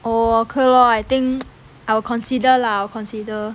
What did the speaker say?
oo okay lor I think I will consider lah I will consider